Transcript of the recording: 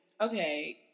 okay